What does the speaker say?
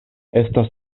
estas